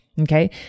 Okay